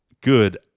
good